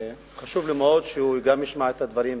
וחשוב לי מאוד שגם הוא ישמע את הדברים,